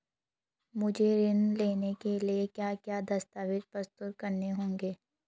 मुझे ऋण लेने के लिए क्या क्या दस्तावेज़ प्रस्तुत करने होंगे?